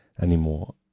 anymore